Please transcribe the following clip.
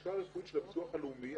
ללשכה הרפואית של הביטוח הלאומי,